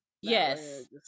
Yes